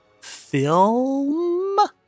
film